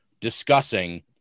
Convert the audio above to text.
discussing